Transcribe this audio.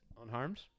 unharmed